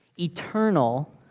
eternal